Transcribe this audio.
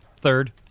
Third